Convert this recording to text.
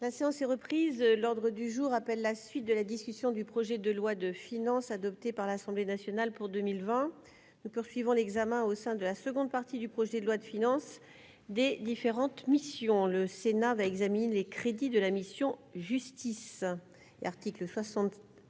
La séance est reprise, l'ordre du jour appelle la suite de la discussion du projet de loi de finance adoptée par l'Assemblée nationale pour 2020 nous poursuivons l'examen au sein de la seconde partie du projet de loi de finances des différentes missions: le Sénat va examiner les crédits de la mission Justice